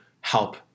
help